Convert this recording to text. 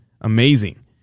amazing